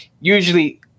usually